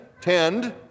tend